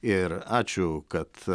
ir ačiū kad